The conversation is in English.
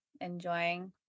enjoying